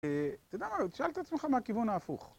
אתה יודע מה, תשאל את עצמך מהכיוון ההפוך